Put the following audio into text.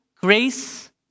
grace